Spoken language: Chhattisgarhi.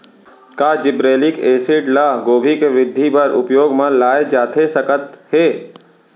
का जिब्रेल्लिक एसिड ल गोभी के वृद्धि बर उपयोग म लाये जाथे सकत हे?